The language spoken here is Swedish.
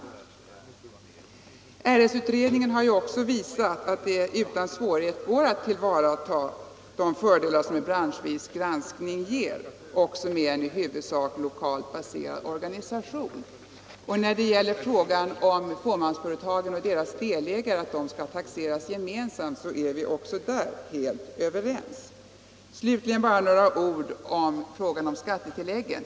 RS-utredningen har också visat att det utan svårighet går att tillvarata de fördelar som en branschvis granskning ger också med en i huvudsak lokalt baserad organisation. När det gäller frågan om att fåmansbolagen och deras delägare skall taxeras gemensamt är vi också helt överens. Slutligen bara några ord om frågan om skattetilläggen.